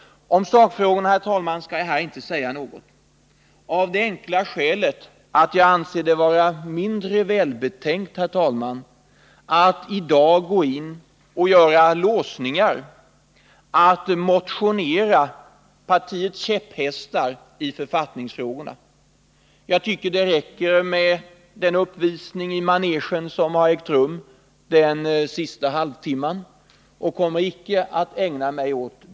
Om sakfrågorna skall jag här inte säga något, herr talman, av det enkla skälet att jag anser det vara mindre välbetänkt att i dag skapa låsningar och att motionera partiernas käpphästar i författningsfrågorna. Jag tycker att det räcker med den uppvisning i manegen som har ägt rum här under den senaste halvtimmen.